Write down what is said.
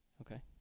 Okay